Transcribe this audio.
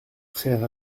frère